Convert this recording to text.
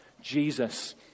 Jesus